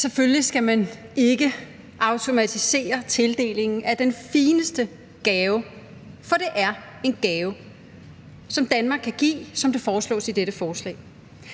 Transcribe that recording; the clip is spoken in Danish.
Selvfølgelig skal man ikke automatisere tildelingen af den fineste gave – for det er en gave, som Danmark kan give – som det foreslås i dette forslag.